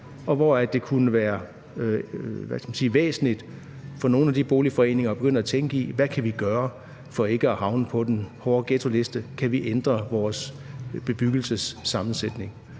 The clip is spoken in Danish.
og derfor kunne det være væsentligt for nogle af disse boligforeninger at begynde at tænke i, hvad de kan gøre for ikke at havne på den hårde ghettoliste, og om de kan ændre deres bebyggelsessammensætning.